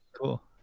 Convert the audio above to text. Cool